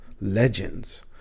legends